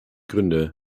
gründe